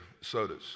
sodas